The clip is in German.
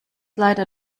leider